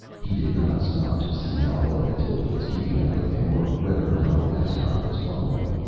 he did not stop to see how well mathild was keeping up with him, or whether or not alaskon was following.